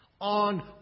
On